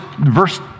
verse